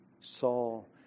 Saul